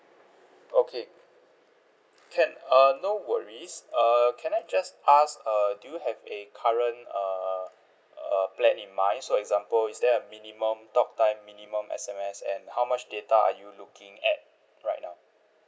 okay can err no worries err can I just ask err do you have a current err uh plan in mind so example is there a minimum talk time minimum S_M_S and how much data are you looking at right now